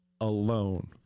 alone